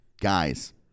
guys